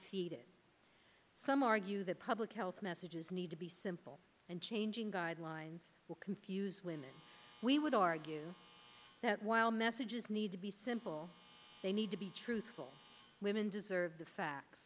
feed some argue that public health messages need to be simple and changing guidelines will confuse women we would argue that while message need to be simple they need to be truthful women deserve the facts